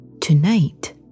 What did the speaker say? tonight